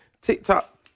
TikTok